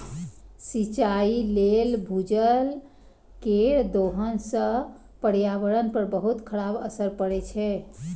सिंचाइ लेल भूजल केर दोहन सं पर्यावरण पर बहुत खराब असर पड़ै छै